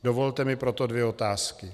Dovolte mi proto dvě otázky.